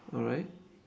alright